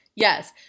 Yes